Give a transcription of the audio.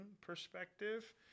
perspective